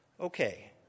okay